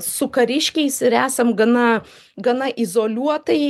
su kariškiais ir esam gana gana izoliuotai